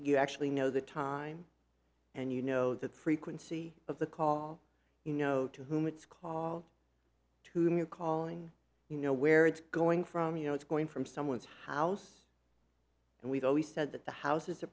you actually know the time and you know the frequency of the call you know to whom it's call to whom you're calling you know where it's going from you know it's going from someone's house and we've always said that the house is a